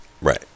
Right